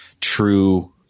true